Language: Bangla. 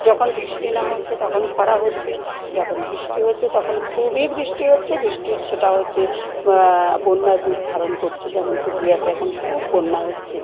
যখন বৃষ্টি না হচ্ছে তখন খরা হচ্ছে যখন বৃষ্টি হচ্ছে তখন খুবই বৃষ্টি হচ্ছে বৃষ্টির সেটা হচ্ছে বন্যার রূপ ধারণ করছে যেমন ত্রিপুরাতে এখন খুব বন্যা হচ্ছে